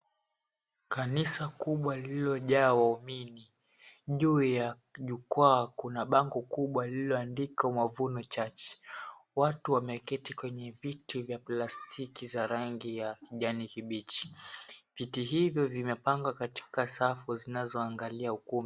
Kanisa kubwa lililojaa waumini. Juu ya jukwaa kuna bango kubwa lililoandikwa, Mavuno Church. Watu wameketi kwenye viti vya plastiki za rangi ya kijani kibichi. Viti hivyo vimepangwa katika safu zinazoangalia ukumbi.